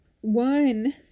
one